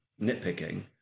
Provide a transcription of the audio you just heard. nitpicking